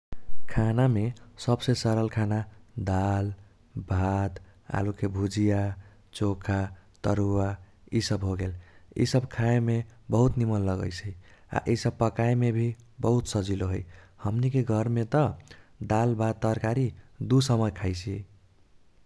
खानामे सबसे सरल खाना दाल, भात, आलूके भुजिया, चोखा, तरुवा इसब होगेल। इसब खाएमे बहुत निमन लगैसै। आ इसब पकाये मे भी बहुत सजिलो है। हमनीके घरमे त दाल भात तरकारी दु समय खाइसियै।